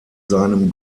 seinem